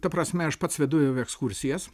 ta prasme aš pats vedu ekskursijas